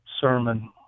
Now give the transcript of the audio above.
sermon